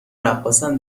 رقاصن